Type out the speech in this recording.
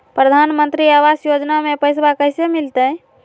प्रधानमंत्री आवास योजना में पैसबा कैसे मिलते?